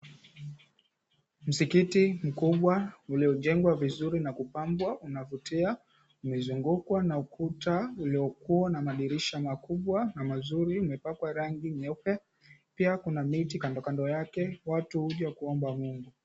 Msikiti mkubwa uliojengwa vizuri na kupambwa unavutia, mixunguko n ukuta uliokuwa n madirisha makubwa na mazuri umeoakwa rangi nyeuoe pia kuna miti kando kando yake. Watu huja kuomba Mungu.